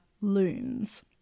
loons